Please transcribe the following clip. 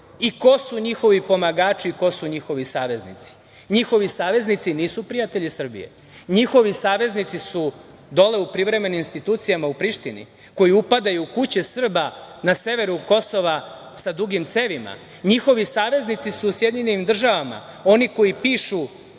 i ko su njihovi pomagači, ko su njihovi saveznici. Njihovi saveznici nisu prijatelji Srbije. Njihovi saveznici su dole u privremenim institucijama u Prištini koji upadaju u kuće Srba na severu Kosova sa dugim cevima. Njihovi saveznici su u SAD, oni koji pišu